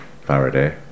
Faraday